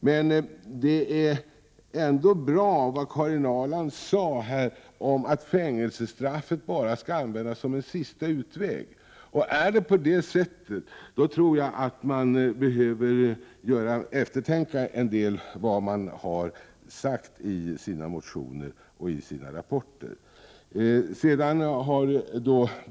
Men det är ändå bra, som Karin Ahrland här sade, att fängelsestraffet bara skall användas som en sista utväg. Är det på det sättet, tror jag att man behöver tänka efter en del när det gäller vad man har sagt i sina motioner och rapporter.